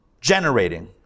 generating